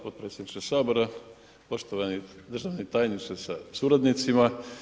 potpredsjedniče Sabora, poštovani državni tajniče sa suradnicima.